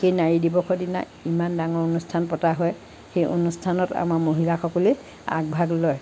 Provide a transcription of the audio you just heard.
সেই নাৰী দিৱসৰ দিনা ইমান ডাঙৰ অনুষ্ঠান পতা হয় সেই অনুষ্ঠানত আমাৰ মহিলাসকলেই আগভাগ লয়